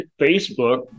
facebook